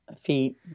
feet